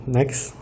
Next